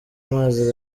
mazi